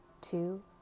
two